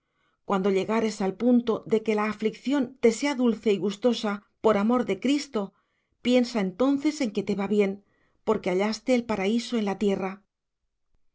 cuando llegares al punto de que la aflicción te sea dulce y gustosa por amor de cristo piensa entonces que te va bien porque hallaste el paraíso en la tierra